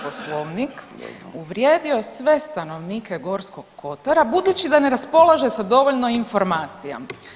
Poslovnik, uvrijedio sve stanovnike Gorskog kotara budući da ne raspolaže sa dovoljno informacija.